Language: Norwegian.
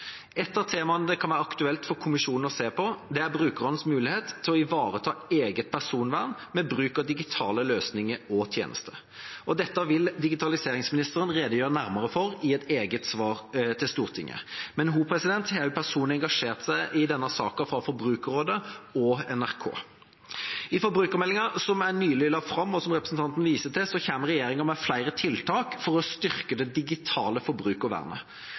Et av temaene det kan være aktuelt for kommisjonen å se på, er brukernes mulighet til å ivareta eget personvern ved bruk av digitale løsninger og tjenester. Dette vil digitaliseringsministeren redegjøre nærmere for i et eget svar til Stortinget. Men hun har også personlig engasjert seg i denne saken fra Forbrukerrådet og NRK. I forbrukermeldinga som jeg nylig la fram, og som representanten viser til, kommer regjeringa med flere tiltak for å styrke det digitale